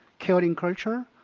caring culture,